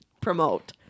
promote